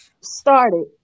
started